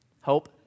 hope